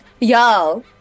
Y'all